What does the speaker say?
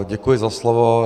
Děkuji za slovo.